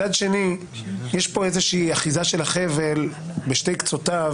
מצד שני יש כאן איזושהי אחיזה של החבל בשתי קצותיו.